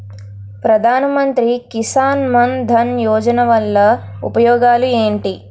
ప్రధాన మంత్రి కిసాన్ మన్ ధన్ యోజన వల్ల ఉపయోగాలు ఏంటి?